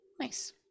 nice